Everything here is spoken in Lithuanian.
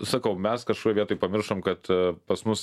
sakau mes kažkokioj vietoj pamiršom kad pas mus